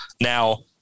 Now